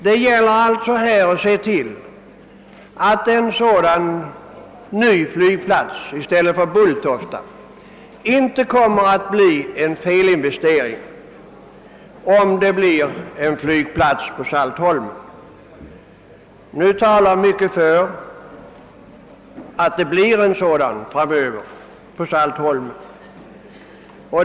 Det gäller alltså att se till att en ersättningsflygplats för Bulltofta inte blir en felinvestering. Mycket talar för att så kan bli fallet.